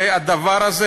הרי הדבר הזה,